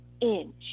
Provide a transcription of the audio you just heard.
inch